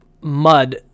mud